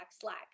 slack